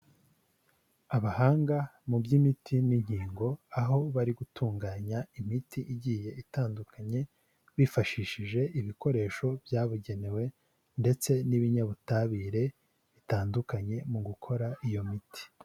Abahanga mu by'imiti n'inkingo aho bari gutunganya imiti igiye itandukanye bifashishije ibikoresho byabugenewe ndetse n'ibinyabutabire bitandukanye mugukora iyo miti.